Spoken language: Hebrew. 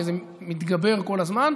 וזה מתגבר כל הזמן,